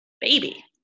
Baby